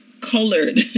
colored